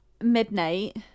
midnight